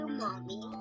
mommy